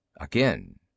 Again